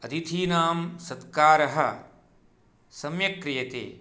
अतिथीनां सत्कारः सम्यक् क्रियते